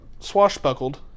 swashbuckled